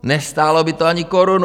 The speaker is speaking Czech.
Nestálo by to ani korunu.